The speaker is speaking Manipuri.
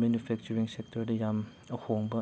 ꯃꯦꯅꯨꯐꯦꯛꯆꯔꯤꯡ ꯁꯦꯛꯇꯔꯗ ꯌꯥꯝ ꯑꯍꯣꯡꯕ